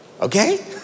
okay